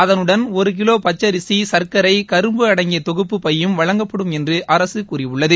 அத்ளுடன் ஒரு கிலோ பச்சரிசி சர்க்கரை கரும்பு அடங்கிய தொகுப்பு பை யும் வழங்கப்படும் என்று அரசு கூறியுள்ளது